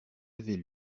avait